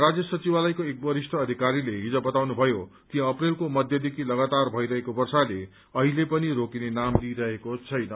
राज्य संघिवालयका एक वरिष्ट अधिकारीले हिज बताउनुभयो कि अप्रेलको मध्यदेखि लगातार भइरहेको वर्षाले अहिले पनि रोकिने नाम लिइरहेको छैन